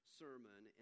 sermon